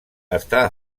està